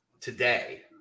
Today